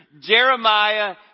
Jeremiah